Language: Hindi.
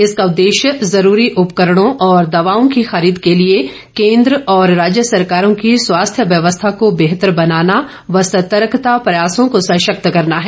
इसका उद्देश्य जरूरी उपकरणों और दवाओं की खरीद के लिए केन्द्र और राज्य सरकारों की स्वास्थ्य व्यवस्था को बेहतर बनाना और सतर्कता प्रयासों को सशक्त करना है